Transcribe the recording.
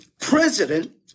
president